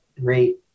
great